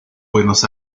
buenos